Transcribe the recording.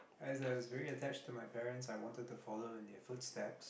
as I was very attached to my parents I wanted to follow in their footsteps